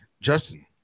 Justin